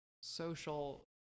social